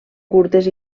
curtes